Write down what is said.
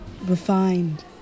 refined